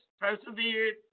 persevered